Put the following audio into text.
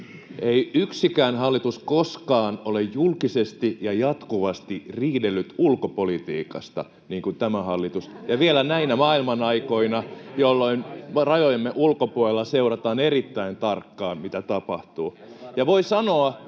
Ei yksikään hallitus koskaan ole julkisesti ja jatkuvasti riidellyt ulkopolitiikasta, niin kuin tämä hallitus, ja vielä näinä maailmanaikoina, jolloin rajojemme ulkopuolella seurataan erittäin tarkkaan, mitä tapahtuu.